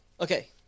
Okay